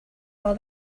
all